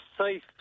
safe